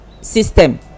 system